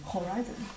Horizon